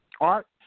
Art